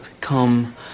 come